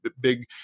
big